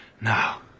Now